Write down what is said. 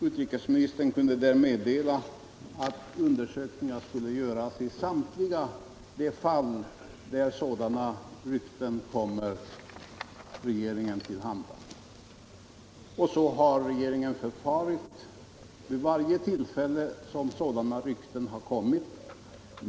Utrikesministern kunde därvid meddela att undersökningar skulle göras i samtliga de fall där sådana rykten kommer till regeringens kännedom, och så har regeringen också förfarit vid varje tillfälle som sådana rykten har dykt upp.